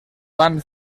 van